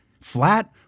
Flat